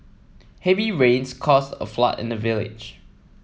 heavy rains caused a flood in the village